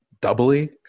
doubly